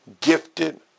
gifted